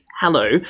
hello